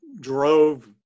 drove